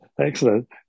excellent